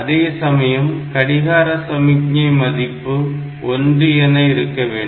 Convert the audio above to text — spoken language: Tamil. அதேசமயம் கடிகார சமிக்ஞை மதிப்பு 1 என இருக்கவேண்டும்